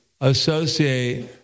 associate